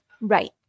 Right